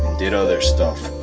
did other stuff.